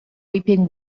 weeping